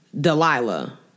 Delilah